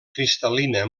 cristal·lina